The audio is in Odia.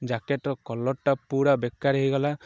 ଜ୍ୟାକେଟ୍ର କଲର୍ଟା ପୁରା ବେକାର ହେଇଗଲା